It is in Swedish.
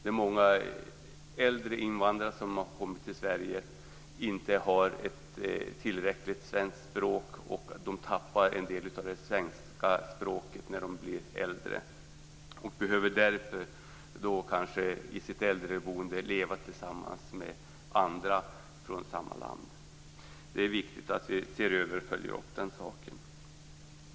Det är många äldre invandrare som har kommit till Sverige och inte har tillräckligt bra kunskaper i svenska, och de tappar en del av dessa kunskaper när de blir äldre. De behöver då kanske i sitt äldreboende leva tillsammans med andra från samma land. Det är viktigt att vi ser över och följer upp detta.